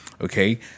Okay